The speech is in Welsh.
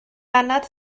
anad